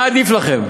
מה עדיף לכם,